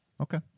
Okay